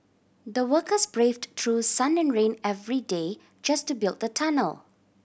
the workers braved through sun and rain every day just to build the tunnel